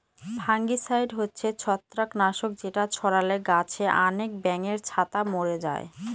fungicide হচ্ছে ছত্রাক নাশক যেটা ছড়ালে গাছে আনেক ব্যাঙের ছাতা মোরে যায়